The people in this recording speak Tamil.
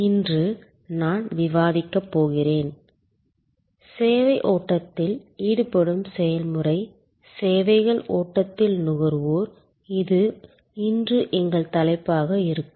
இன்று நான் விவாதிக்கப் போகிறேன் சேவை ஓட்டத்தில் ஈடுபடும் செயல்முறை சேவைகள் ஓட்டத்தில் நுகர்வோர் இது இன்று எங்கள் தலைப்பாக இருக்கும்